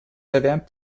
erwärmt